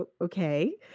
okay